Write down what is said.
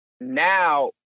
Now